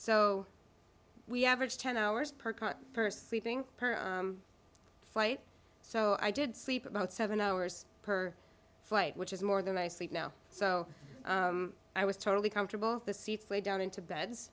so we average ten hours per person eating per flight so i did sleep about seven hours per flight which is more than i sleep now so i was totally comfortable the seats way down into bed